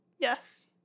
Yes